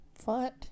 foot